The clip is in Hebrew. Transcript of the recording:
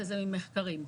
וזה ממחקרים.